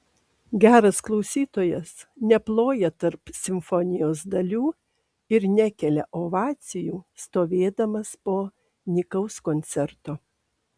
geras klausytojas neploja tarp simfonijos dalių ir nekelia ovacijų stovėdamas po nykaus koncerto